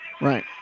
Right